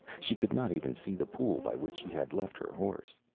she could not even see the pool by which she had left her horse.